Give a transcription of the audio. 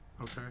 Okay